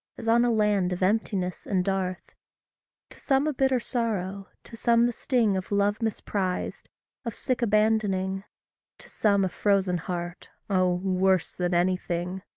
as on a land of emptiness and dearth to some a bitter sorrow to some the sting of love misprized of sick abandoning to some a frozen heart, oh, worse than anything!